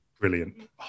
Brilliant